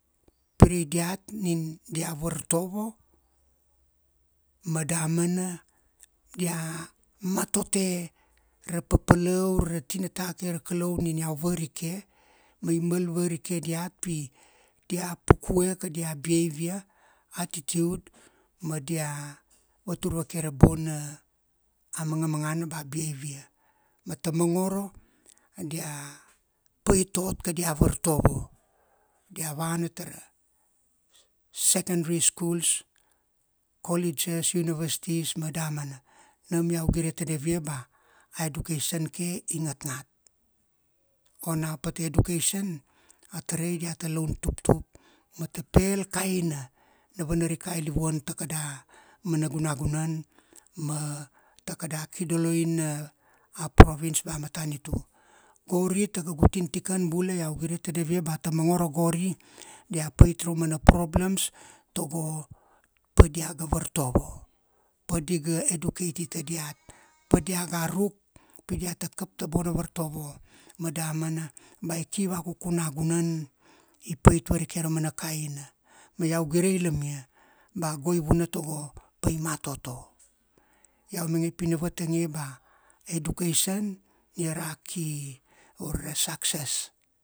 pirei diat nin dia vartovo ma damana dia matote ra papala ure ra tinata kai ra kalau nin iau varike ma i mal varike diat pi dia pukue kadia behavior, attitude, ma dia vatur vake ra bona mangamangana ba a behavior. ma ta mangoro dia pait ot kadia vartovo, dia vana tara secondary schools, colleges, universities ma damana. Nam iau gire tadav ia ba education ke i ngatngat. Ona pata education, a tarai diata laun tuptup ma ta pe-el kaina na vanarikai livuan ta kada mana gunagunan ma ta kada kidoloina a province ba a matanitu. Gori ta kaugu tintikan bula iau gire tadav ia ba ta mangoro gori dia pait ra mana problems tago pa diaga vartovo. Pa di ga educatita diat. Pa diaga ruk pi diata kap ta vartovo ma damana ba i ki vakuku nagunan, i pait varike ra mana kaina ma iau gire ilamia, ba go i vuna tago pai matoto. Iau mainge pi ina vatang ia ba education ia ra key ure ra success.